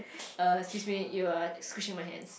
err excuse me you are squishing my hands